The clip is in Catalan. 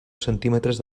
centímetres